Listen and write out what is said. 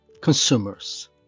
consumers